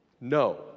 No